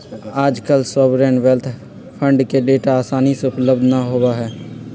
आजकल sovereign wealth fund के data आसानी से उपलब्ध ना होबा हई